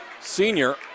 senior